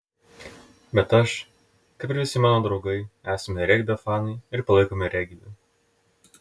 bet aš kaip ir visi mano draugai esame regbio fanai ir palaikome regbį